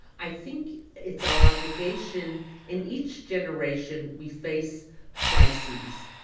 i think it's our obligation in each generation we face crises.